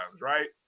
Right